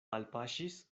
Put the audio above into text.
alpaŝis